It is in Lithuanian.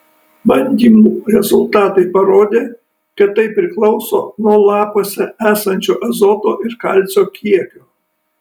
bandymų rezultatai parodė kad tai priklauso nuo lapuose esančio azoto ir kalcio kiekio